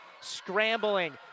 scrambling